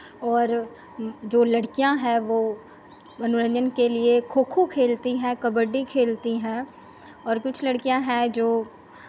और जो लड़कियाँ हैं वो मनोरंजन के लिये खो खो खेलती हैं कबड्डी खेलती हैं और कुछ लड़कियां हैं जो